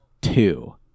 Two